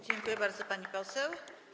Dziękuję bardzo, pani poseł.